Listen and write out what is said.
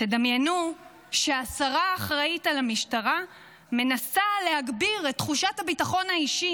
דמיינו שהשר האחראי למשטרה מנסה להגביר את תחושת הביטחון האישי